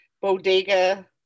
bodega